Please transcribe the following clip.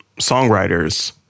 songwriters